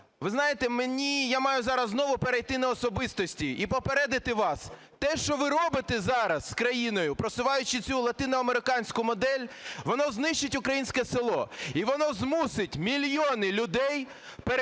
ви знаєте, і я маю зараз знову перейти на особистості і попередити вас: те, що ви робите зараз з країною, просуваючи цю латиноамериканську модель, воно знищить українське село! І воно змусить мільйони людей перейти